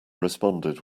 responded